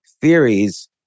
theories